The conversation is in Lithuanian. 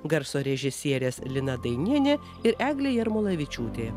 garso režisierės lina dainienė ir eglė jarmolavičiūtė